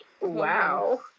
Wow